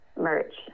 merch